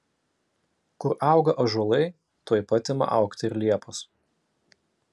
kur auga ąžuolai tuoj pat ima augti ir liepos